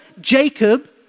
Jacob